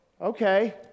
okay